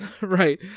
Right